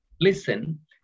Listen